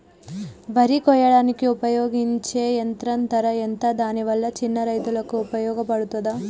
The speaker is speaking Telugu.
వరి కొయ్యడానికి ఉపయోగించే యంత్రం ధర ఎంత దాని వల్ల చిన్న రైతులకు ఉపయోగపడుతదా?